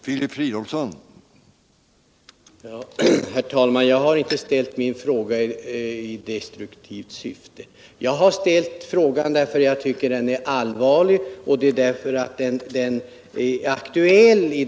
Herr talman! Jag har inte ställt min fråga i något destruktivt syfte. Jag har ställt den därför att jag tycker att läget är allvarligt och därför att frågan är aktuell.